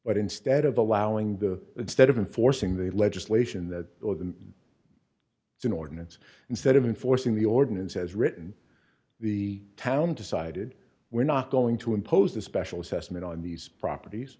but instead of allowing the instead of enforcing the legislation that it's an ordinance instead of enforcing the ordinance as written the town decided we're not going to impose a special assessment on these properties